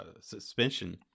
suspension